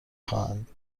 خواهند